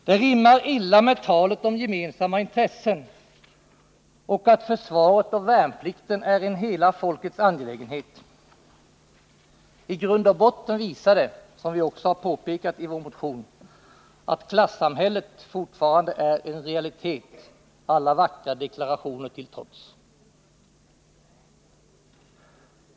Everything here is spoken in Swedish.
Det rimmar illa med talet om gemensamma intressen och om att försvaret och värnplikten är en hela folkets angelägenhet. I grund och botten visar det, som vi också har påpekat i vår motion, att klassamhället fortfarande är en realitet, alla vackra deklarationer till trots.